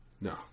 No